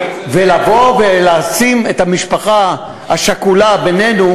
ולבוא ולשים את המשפחה השכולה בינינו,